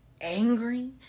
angry